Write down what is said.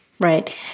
Right